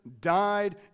died